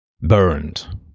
burned